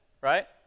right